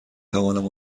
توانم